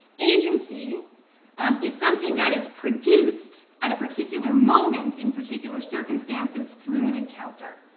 agency is something that is produced at a particular moment in particular circumstances through an encounter.